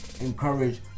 encourage